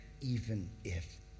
even-if